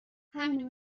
همینو